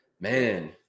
Man